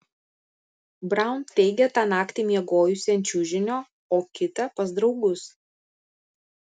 braun teigia tą naktį miegojusi ant čiužinio o kitą pas draugus